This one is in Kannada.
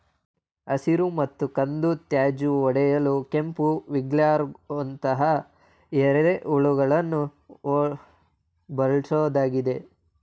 ಹಸಿರು ಮತ್ತು ಕಂದು ತ್ಯಾಜ್ಯ ಒಡೆಯಲು ಕೆಂಪು ವಿಗ್ಲರ್ಗಳಂತಹ ಎರೆಹುಳುಗಳನ್ನು ಬಳ್ಸೋದಾಗಿದೆ